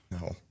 No